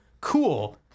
cool